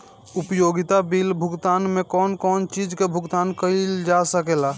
उपयोगिता बिल भुगतान में कौन कौन चीज के भुगतान कइल जा सके ला?